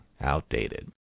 outdated